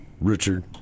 Richard